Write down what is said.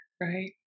Right